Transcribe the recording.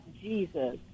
Jesus